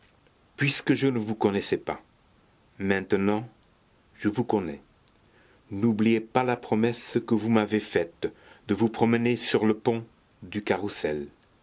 puisque je ne ne vous connaissais pas maintenant je vous connais n'oubliez pas la promesse que vous m'avez faite de vous promener sur le pont du carrousel